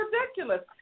ridiculous